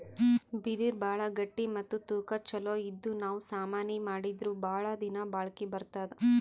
ಬಿದಿರ್ ಭಾಳ್ ಗಟ್ಟಿ ಮತ್ತ್ ತೂಕಾ ಛಲೋ ಇದ್ದು ನಾವ್ ಸಾಮಾನಿ ಮಾಡಿದ್ರು ಭಾಳ್ ದಿನಾ ಬಾಳ್ಕಿ ಬರ್ತದ್